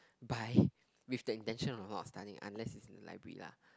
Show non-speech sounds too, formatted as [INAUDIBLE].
by [BREATH] with the intention of not studying unless is in a library lah